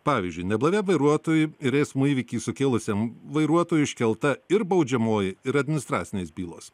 pavyzdžiui neblaiviam vairuotojui ir eismo įvykį sukėlusiam vairuotojui iškelta ir baudžiamoji ir administracinės bylos